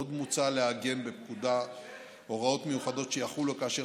עוד מוצע לעגן בפקודה הוראות מיוחדות שיחולו כאשר